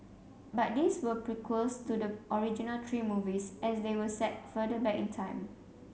but these were prequels to the original three movies as they were set further back in time